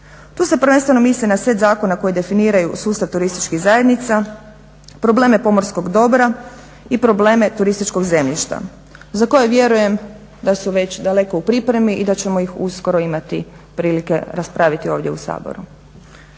Tu se prvenstveno misli na set zakona koji definiraju sustav turističkih zajednica, probleme pomorskog dobra i probleme turističkog zemljišta za koje vjerujem da su već daleko u pripremi i da ćemo ih uskoro imati prilike raspraviti ovdje u Saboru.